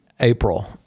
April